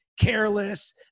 careless